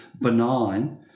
benign